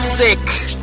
sick